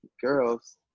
girls